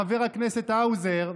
חבר הכנסת האוזר,